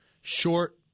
short